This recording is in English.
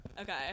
okay